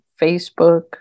Facebook